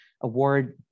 award